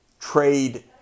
trade